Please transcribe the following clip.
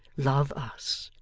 love us.